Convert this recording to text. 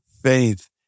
faith